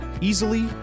easily